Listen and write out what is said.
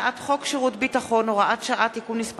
הצעת חוק שירות ביטחון (הוראת שעה) (תיקון מס'